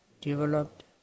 developed